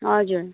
हजुर